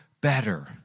better